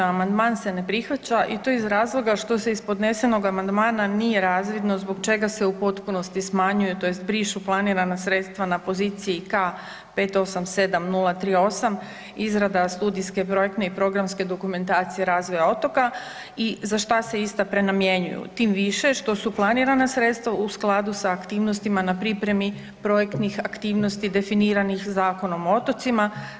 Amandman se ne prihvaća i to iz razloga što se iz podnesenog amandmana nije razvidno zbog čega se u potpunosti smanjuje tj. brišu planirana sredstva na poziciji K 587038 izrada studijske, projektne i programske dokumentacije razvoja otoka i za šta se ista prenamjenjuju, tim više što su planirana sredstva u skladu sa aktivnostima na pripremi projektnih aktivnosti definiranih Zakonom o otocima.